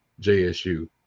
JSU